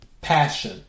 passion